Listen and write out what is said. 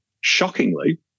shockingly